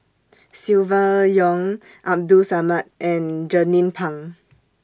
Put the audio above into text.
Silvia Yong Abdul Samad and Jernnine Pang